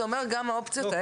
זה אומר גם האופציות האלה.